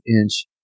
inch